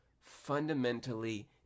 fundamentally